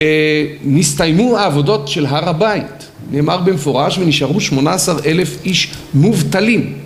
נסתיימו העבודות של הר הבית, נאמר במפורש, ונשארו שמונה עשר אלף איש מובטלים